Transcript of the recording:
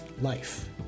life